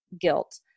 guilt